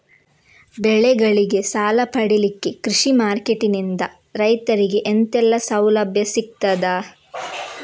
ಬೆಳೆಗಳಿಗೆ ಸಾಲ ಪಡಿಲಿಕ್ಕೆ ಕೃಷಿ ಮಾರ್ಕೆಟ್ ನಿಂದ ರೈತರಿಗೆ ಎಂತೆಲ್ಲ ಸೌಲಭ್ಯ ಸಿಗ್ತದ?